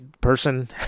person